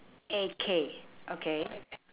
A K okay